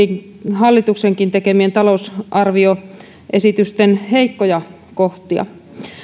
hallituksenkin tekemien talousarvioesitysten heikkoja kohtia